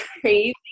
crazy